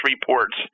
reports